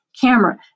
camera